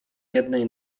jednej